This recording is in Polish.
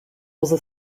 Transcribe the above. poza